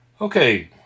Okay